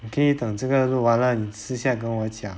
你可以等这个录完了你私下跟我讲